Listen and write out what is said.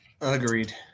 agreed